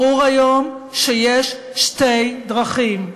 ברור היום שיש שתי דרכים: